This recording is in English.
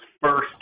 first